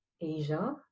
Asia